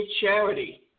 charity